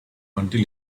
until